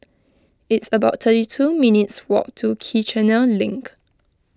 it's about thirty two minutes' walk to Kiichener Link